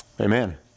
amen